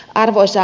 arvoisa